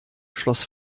schloss